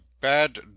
bad